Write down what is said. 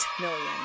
million